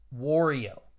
wario